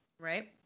Right